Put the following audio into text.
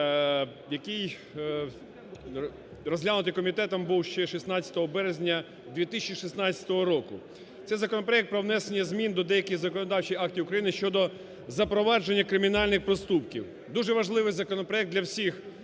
який розглянутий комітетом був ще 16 березня 2016 року. Це законопроект про внесення змін до деяких законодавчих актів України щодо запровадження кримінальних проступків. Дуже важливий законопроект для всіх